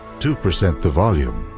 two percent the volume,